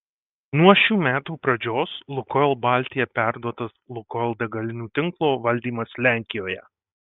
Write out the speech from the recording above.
nuo šių metų pradžios lukoil baltija perduotas lukoil degalinių tinklo valdymas lenkijoje